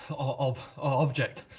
ob. object.